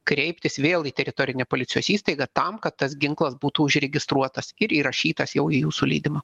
kreiptis vėl į teritorinę policijos įstaigą tam kad tas ginklas būtų užregistruotas ir įrašytas jau į jūsų leidimą